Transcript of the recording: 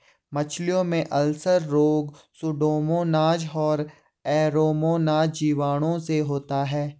मछलियों में अल्सर रोग सुडोमोनाज और एरोमोनाज जीवाणुओं से होता है